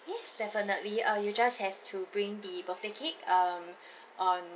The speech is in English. yes definitely uh you just have to bring the birthday cake um on